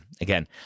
again